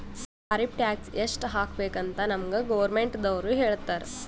tariff tax ಎಸ್ಟ್ ಹಾಕಬೇಕ್ ಅಂತ್ ನಮ್ಗ್ ಗೌರ್ಮೆಂಟದವ್ರು ಹೇಳ್ತರ್